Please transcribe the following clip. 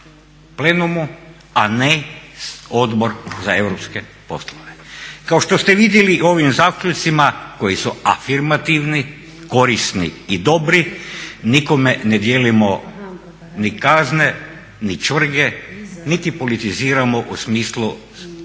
plenumu, a ne Odbor za europske poslove. Kao što ste vidjeli ovim zaključcima koji su afirmativni, korisni i dobri nikome ne dijelimo ni kazne, ni čvrge, niti politiziramo u smislu